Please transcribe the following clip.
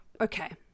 Okay